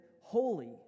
holy